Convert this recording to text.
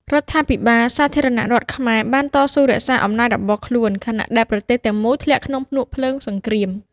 រដ្ឋាភិបាលសាធារណរដ្ឋខ្មែរបានតស៊ូរក្សាអំណាចរបស់ខ្លួន ខណៈដែលប្រទេសទាំងមូលធ្លាក់ក្នុងភ្នក់ភ្លើងសង្គ្រាម។